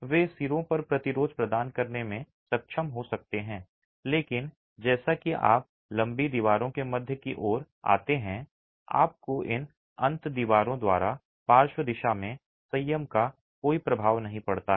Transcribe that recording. वे सिरों पर प्रतिरोध प्रदान करने में सक्षम हो सकते हैं लेकिन जैसा कि आप लंबी दीवारों के मध्य की ओर आते हैं आपको इन अंत दीवारों द्वारा पार्श्व दिशा में संयम का कोई प्रभाव नहीं पड़ता है